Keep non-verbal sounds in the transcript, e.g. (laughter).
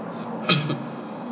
(coughs)